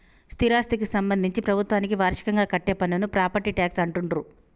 స్థిరాస్థికి సంబంధించి ప్రభుత్వానికి వార్షికంగా కట్టే పన్నును ప్రాపర్టీ ట్యాక్స్ అంటుండ్రు